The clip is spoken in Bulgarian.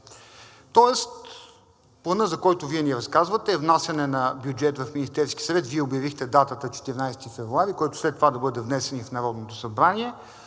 Тоест планът, за който Вие ни разказвате, е внасяне на бюджет в Министерския съвет – Вие обявихте датата 14 февруари, който след това да бъде внесен и в Народното събрание.